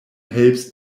helps